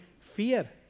fear